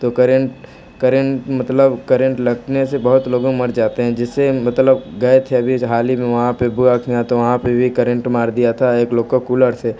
तो current current मतलब current लगने से बहुत लोगों मर जाते हैं जिससे मतलब गए थे अभी ज हाल ही में वहाँ पर बुआ के यहाँ तो वहाँ पर भी करेंट मार दिया था एक लोग को कूलर से